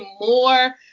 more